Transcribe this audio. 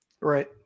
Right